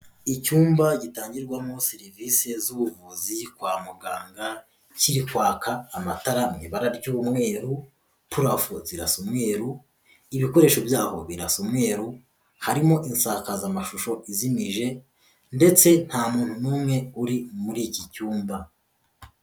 Icyumba gitangirwamo serivisi z'ubuvuzi kwa muganga kiri kwaka amatara mu ibara ry'umweru, purafo zirasa umweru, ibikoresho by'aho birasa umweru, harimo insakazamashusho izimije ndetse nta muntu n'umwe uri muri iki cyumba.